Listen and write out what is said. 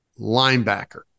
linebacker